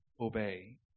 obey